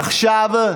עכשיו,